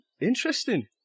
Interesting